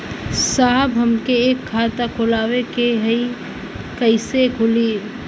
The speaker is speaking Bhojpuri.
साहब हमके एक खाता खोलवावे के ह कईसे खुली?